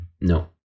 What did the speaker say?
No